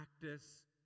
practice